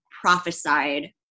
prophesied